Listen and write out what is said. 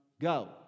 go